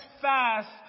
fast